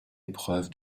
épreuve